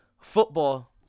football